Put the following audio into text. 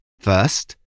First